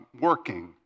working